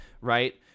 right